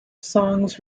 songs